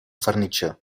furniture